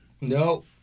No